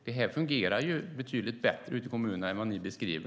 Det här fungerar betydligt bättre ute i kommunerna än vad ni beskriver.